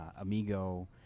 Amigo